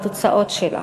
בתוצאות שלה.